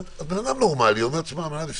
בן אדם נורמלי אומר: תשמע, מה אני אסתבך?